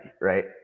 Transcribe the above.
Right